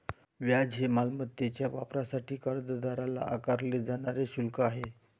व्याज हे मालमत्तेच्या वापरासाठी कर्जदाराला आकारले जाणारे शुल्क आहे